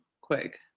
quick